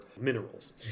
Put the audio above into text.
minerals